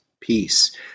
Peace